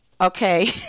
okay